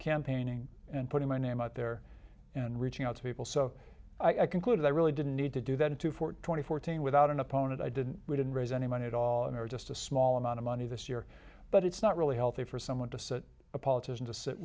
campaigning and putting my name out there and reaching out to people so i concluded i really didn't need to do that in two four twenty fourteen without an opponent i didn't we didn't raise any money at all and we're just a small amount of money this year but it's not really healthy for someone to sit a politician to sit